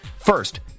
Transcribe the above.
First